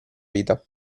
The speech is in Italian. vita